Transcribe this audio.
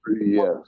Yes